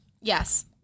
Yes